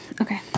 Okay